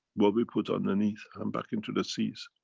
what we put underneath. and back into the seas.